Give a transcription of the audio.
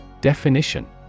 Definition